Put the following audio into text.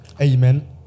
Amen